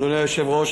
אדוני היושב-ראש,